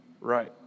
right